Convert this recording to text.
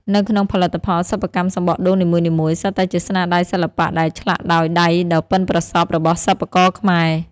នៅក្នុងផលិតផលសិប្បកម្មសំបកដូងនីមួយៗសុទ្ធតែជាស្នាដៃសិល្បៈដែលឆ្លាក់ដោយដៃដ៏ប៉ិនប្រសប់របស់សិប្បករខ្មែរ។